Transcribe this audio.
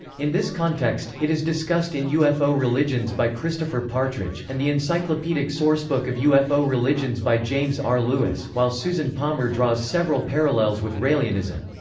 in this context, it is discussed in ufo religions by christopher partridge, and the encyclopedic sourcebook of ufo religions by james r. lewis, while susan palmer draws several parallels with raelianism.